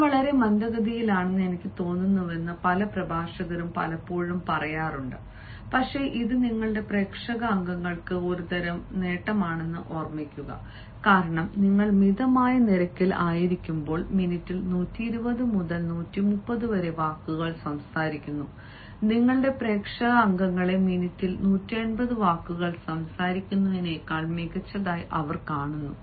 ഞാൻ വളരെ മന്ദഗതിയിലാണെന്ന് എനിക്ക് തോന്നുന്നുവെന്ന് പല പ്രഭാഷകരും പലപ്പോഴും പറയാറുണ്ട് പക്ഷേ ഇത് നിങ്ങളുടെ പ്രേക്ഷക അംഗങ്ങൾക്ക് ഒരുതരം നേട്ടമാണെന്ന് ഓർമ്മിക്കുക കാരണം നിങ്ങൾ മിതമായ നിരക്കിൽ ആയിരിക്കുമ്പോൾ മിനിറ്റിൽ 120 മുതൽ 130 വരെ വാക്കുകൾ സംസാരിക്കുന്നു നിങ്ങളുടെ പ്രേക്ഷക അംഗങ്ങളേ മിനിറ്റിൽ 180 വാക്കുകൾ സംസാരിക്കുന്നതിനേക്കാൾ മികച്ചതായി അവർ കാണുന്നു